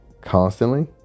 constantly